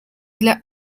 для